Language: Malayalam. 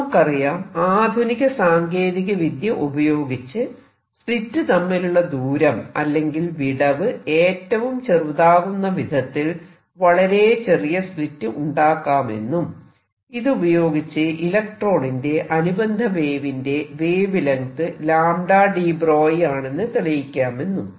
നമുക്കറിയാം ആധുനിക സാങ്കേതിക വിദ്യ ഉപയോഗിച്ച് സ്ലിറ്റ് തമ്മിലുള്ള ദൂരം അല്ലെങ്കിൽ വിടവ് ഏറ്റവും ചെറുതാകുന്ന വിധത്തിൽ വളരെ ചെറിയ സ്ലിറ്റ് ഉണ്ടാക്കാമെന്നും ഇതുപയോഗിച്ച് ഇലക്ട്രോണിന്റെ അനുബന്ധ വേവിന്റെ വേവ് ലെങ്ത് deBroglie ആണെന്ന് തെളിയിക്കാമെന്നും